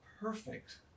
perfect